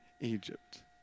Egypt